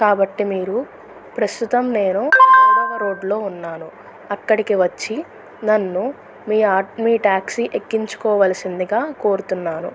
కాబట్టి మీరు ప్రస్తుతం నేను మూడవ రోడ్లో ఉన్నాను అక్కడికి వచ్చి నన్ను మీ ఆ మీ టాక్సీ ఎక్కించుకోవలసిందిగా కోరుతున్నాను